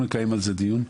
אנחנו נקיים על זה דיון.